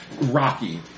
rocky